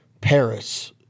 Paris